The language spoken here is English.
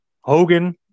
Hogan